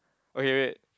okay wait